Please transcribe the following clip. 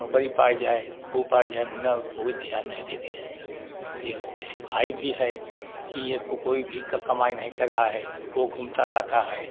नौकरी पाए जाए उपार्जन ना कोई ध्यान नहीं देते हैं ये वो वैसे भाई भी है कि ये कोई भी कमाई नहीं कर रहा है वो घूमता रहता है